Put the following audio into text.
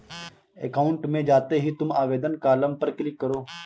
account में जाते ही तुम आवेदन कॉलम पर क्लिक करो